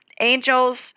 angels